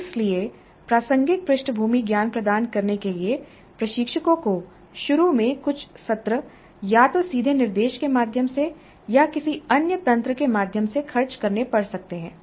इसलिए प्रासंगिक पृष्ठभूमि ज्ञान प्रदान करने के लिए प्रशिक्षकों को शुरू में कुछ सत्र या तो सीधे निर्देश के माध्यम से या किसी अन्य तंत्र के माध्यम से खर्च करने पड़ सकते हैं